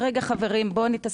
שאומרת, רגע חברים, בואי נתסרט.